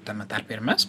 tame tarpe ir mes